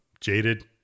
Jaded